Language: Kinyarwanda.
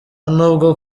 nubwo